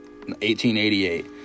1888